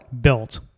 built